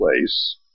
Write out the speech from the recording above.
place